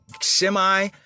semi